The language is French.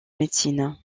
médecine